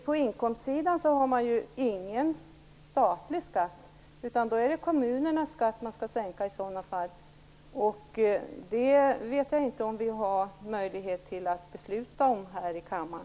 På inkomstsidan har man ingen statlig skatt, så då är det kommunernas skatt man i så fall skall sänka, och det vet jag inte om vi har möjlighet att besluta om här i kammaren.